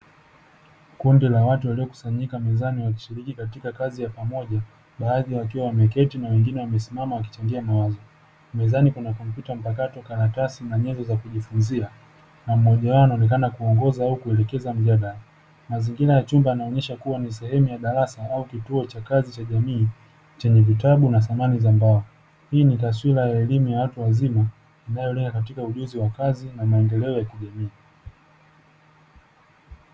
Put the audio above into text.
Kundi la watu waliokusanyika mezani wakishiriki katika kazi ya pamoja, baadhi wakiwa wameketi na wengine wakichangia mawazo. Mezani kuna kompyuta mpakato, karatasi na nyenzo za kujifunzia na mmoja wao anaonekena kuongoza au kuelekeza mjadala. Mazingira ya chumba yanaonyesha kuwa ni sehemu ya darasa au kituo cha kazi cha jamii chenye vitabu na samani za mbao. Hii ni taswira ya elimu ya watu wazima inayolenga katika ujuzi wa kazi na maendeleo ya kijamii.